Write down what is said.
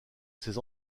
ces